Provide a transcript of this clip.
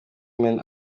men